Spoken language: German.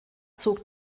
zog